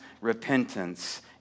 Repentance